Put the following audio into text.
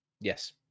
Yes